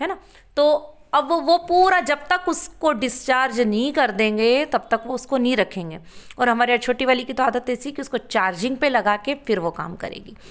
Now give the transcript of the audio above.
है न तो अब वो वो पूरा जब तक उसको डिस्चार्ज नहीं कर देंगे तब तक उसको नहीं रखेंगे और हमारे यहाँ छोटी वाली की तो आदत ऐसी की उसको चार्जिंग पर लगा कर फिर वो काम करेगी